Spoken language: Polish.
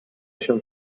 się